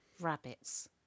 rabbits